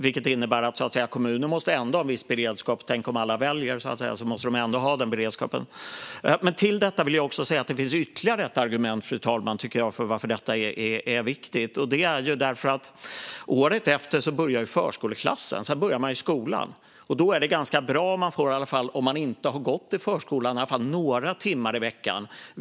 Detta innebär att kommunerna ändå måste ha en viss beredskap utifall att alla väljer det. Jag vill också säga att det finns ytterligare ett argument för att detta är viktigt. Det är att året efter börjar förskoleklassen, och sedan börjar man i skolan. Då är det ganska bra att man får i alla fall några timmar i veckan, om man inte har gått i förskolan.